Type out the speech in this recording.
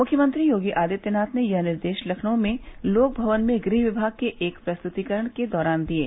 मुख्यमंत्री योगी आदित्यनाथ ने यह निर्देश लखनऊ में लोक भवन में गृह विभाग के एक प्रस्तृतीकरण के दौरान दिये